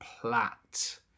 platt